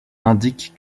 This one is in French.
indique